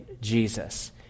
Jesus